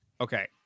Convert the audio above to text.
Okay